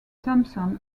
thompson